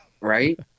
Right